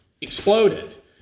exploded